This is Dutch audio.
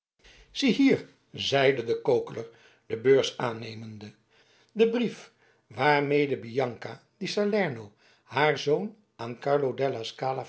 baten ziehier zeide de kokeler de beurs aannemende den brief waarmede bianca di salerno haar zoon aan carlo della